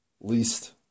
least